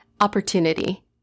opportunity